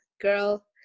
girl